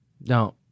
No